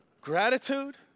Gratitude